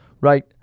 Right